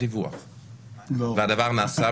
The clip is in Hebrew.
ראייה של ילדים כשאתה נמצא פה במדינת ישראל והילדים שלך